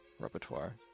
repertoire